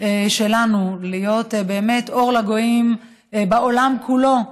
שלנו להיות באמת אור לגויים בעולם כולו.